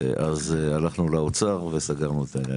הלכנו אז לאוצר וסגרנו את העניין.